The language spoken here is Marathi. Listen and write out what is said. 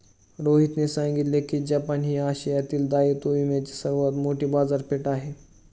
रोहितने सांगितले की जपान ही आशियातील दायित्व विम्याची सर्वात मोठी बाजारपेठ आहे